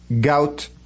gout